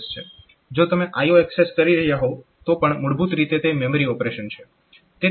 જો તમે IO access કરી રહ્યા હોવ તો પણ મૂળભૂત રીતે તે મેમરી ઓપરેશન છે